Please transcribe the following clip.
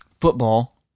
Football